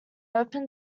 open